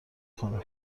کنم